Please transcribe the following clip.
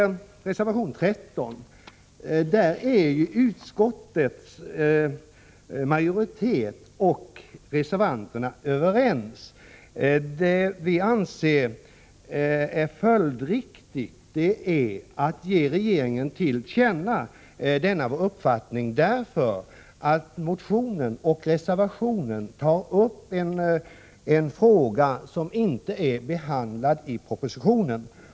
I reservation 13 är utskottsmajoriteten och reservanterna överens. Vi anser det vara följdriktigt att ge regeringen till känna denna vår uppfattning, eftersom motionerna och reservationen är en fråga som inte är behandlad i propositionen.